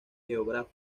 geógrafo